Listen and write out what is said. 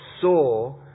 saw